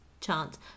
chance